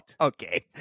Okay